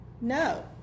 No